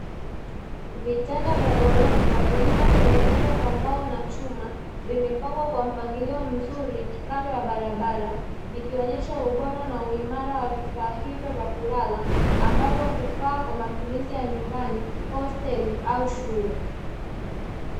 Vitanda vya gorofa vilivyotengenezwa kwa mbao na chuma, vilivyopangwa vizuri sana pembeni ya barabara ikionesha ubora ambavyo hufaa kwa matumizi ya nyumbani, hosteli au shule.